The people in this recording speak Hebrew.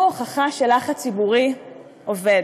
והוא הוכחה שלחץ ציבורי עובד.